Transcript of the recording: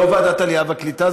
לא ועדת העלייה והקליטה?